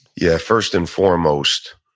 yeah. first and foremost,